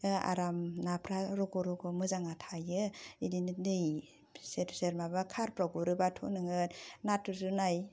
बिदिनो आराम नाफ्रा रग' रग' मोजाङा थायो बिदिनो सेर सेर माबा कारफ्राव गुरोब्लाथ नोङो नाथुर जुनाय